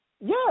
Yes